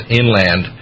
inland